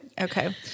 Okay